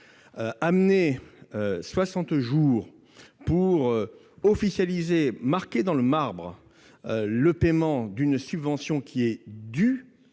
soixante jours pour officialiser, pour graver dans le marbre le paiement d'une subvention qui est due,